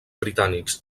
britànics